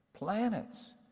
Planets